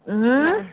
ଉଁ